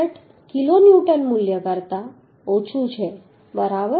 66 kilonewton મૂલ્ય કરતાં ઓછું છે બરાબર